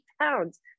pounds